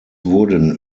wurden